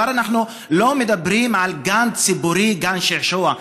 אנחנו כבר לא מדברים על גן ציבורי, גן שעשועים,